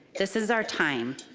this is our time.